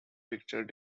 picture